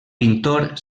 pintor